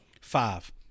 Five